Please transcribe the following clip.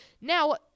now